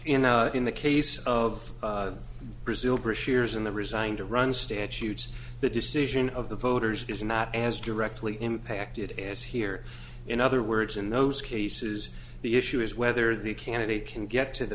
honor in the case of brazil bush years in the resigned to run statutes the decision of the voters is not as directly impacted as here in other words in those cases the issue is whether the candidate can get to the